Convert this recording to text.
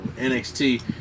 NXT